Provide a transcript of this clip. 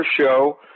show